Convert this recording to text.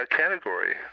category